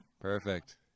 Perfect